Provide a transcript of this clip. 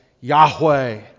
Yahweh